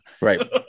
Right